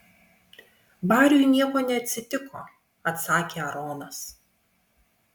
bariui nieko neatsitiko atsakė aaronas